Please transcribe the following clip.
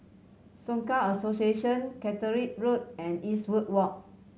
Soka Association Caterick Road and Eastwood Walk